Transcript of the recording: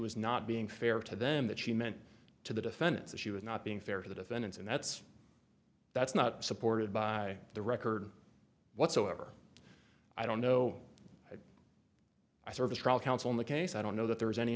was not being fair to them that she meant to the defendants that she was not being fair to the defendants and that's that's not supported by the record whatsoever i don't know i served a trial counsel in the case i don't know that there was any